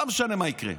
לא משנה מה יקרה.